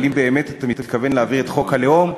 אבל אם באמת אתה מתכוון להביא את חוק הלאום,